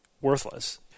worthless